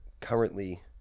currently